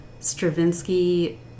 Stravinsky